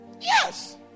Yes